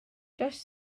does